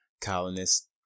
colonists